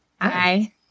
hi